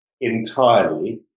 entirely